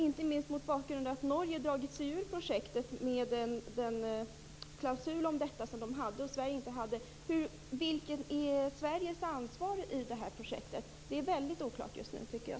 Inte minst mot bakgrund av att Norge har dragit sig ur projektet med en klausul om detta som Norge hade och som Sverige inte hade undrar jag vad som är Sveriges ansvar i det här projektet. Det är väldigt oklart just nu, tycker jag.